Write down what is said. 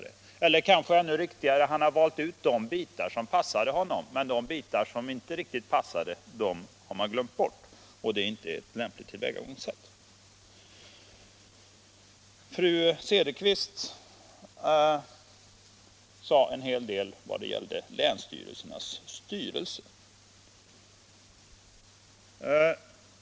Man kanske skulle kunna uttrycka saken så, att han har valt ut de bitar som passade honom, men de bitar som inte riktigt passade glömdes bort. Det är inte ett lämpligt tillvägagångssätt. Fru Cederqvist sade en hel del i vad gällde länsstyrelsernas styrelser.